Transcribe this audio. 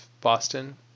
Boston